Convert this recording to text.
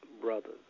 brothers